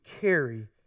carry